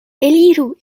eliru